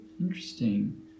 Interesting